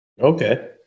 Okay